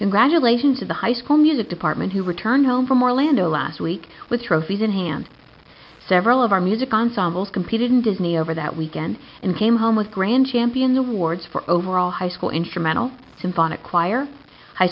congratulations of the high school music department who returned home from orlando last week with trophies in hand several of our music ensembles competed in disney over that weekend and came home with grand champion the wards for overall high school instrumental symbolic choir high